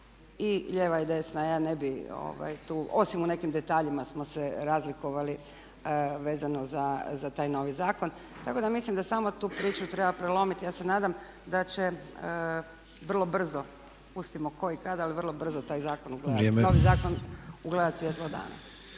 i lijeva i desna. Ja ne bih tu osim u nekim detaljima smo se razlikovali vezano za taj novi zakon, tako da mislim da samo tu priču treba prelomiti. Ja se nadam da će vrlo brzo pustimo tko i kad, ali vrlo brzo taj zakon ugledati … …/Upadica Sanader: